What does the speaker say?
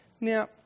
Now